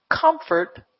comfort